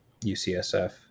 UCSF